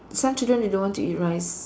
some children they don't want to eat rice